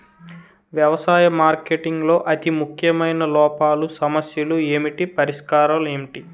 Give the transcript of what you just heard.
వ్యవసాయ మార్కెటింగ్ లో అతి ముఖ్యమైన లోపాలు సమస్యలు ఏమిటి పరిష్కారాలు ఏంటి?